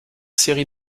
série